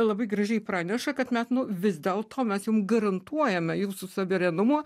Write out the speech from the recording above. labai gražiai praneša kad mes vis dėl to mes jum garantuojame jūsų suverenumo